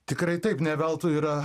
tikrai taip neveltui yra